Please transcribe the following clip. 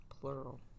plural